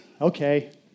okay